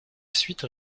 suite